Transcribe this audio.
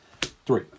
Three